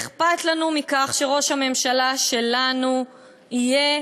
אכפת לנו מכך שראש הממשלה שלנו יהיה